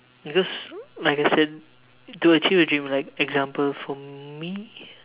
because like I said to achieve the dream like example for me